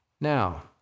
Now